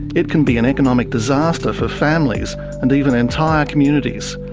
it can be an economic disaster for families and even entire communities.